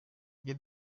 tujye